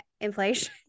inflation